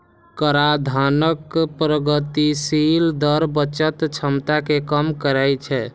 कराधानक प्रगतिशील दर बचत क्षमता कें कम करै छै